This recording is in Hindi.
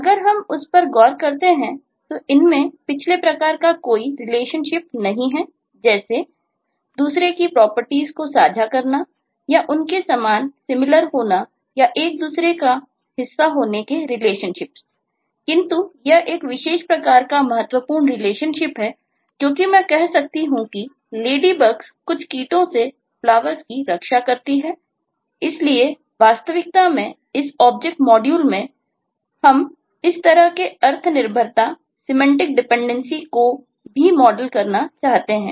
अगर हम उस पर गौर करते हैं तो इनमें पिछले प्रकार का कोई रिलेशनशिप को भी मॉडल करना चाहते हैं